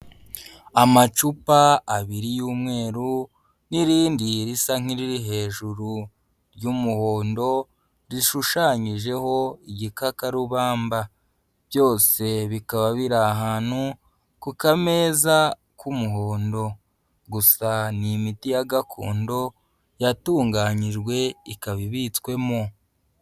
Amacupa abiri y'umweru n'irindi risa nk'iriri hejuru ry'umuhondo rishushanyijeho igikakarubamba. Byose bikaba biri ahantu ku kameza k'umuhondo, gusa ni imiti ya gakondo yatunganyijwe ikaba ibitswemo.